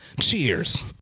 Cheers